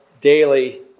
daily